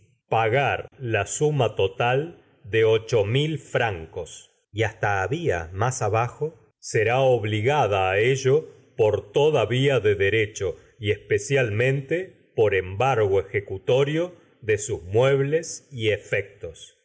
paga la suma total de ocho m il francos y hasta había más abajo será obligada á ello por toda vía de derecho y especialmente por embargo ejecutorio de sus muebles y efectos